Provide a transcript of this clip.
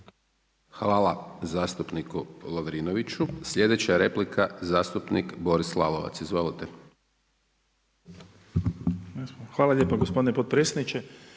Hvala zastupniku Lovrinoviću. Sljedeća replika zastupnik Boris Lalovac. Izvolite. **Lalovac, Boris